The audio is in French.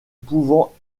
pouvant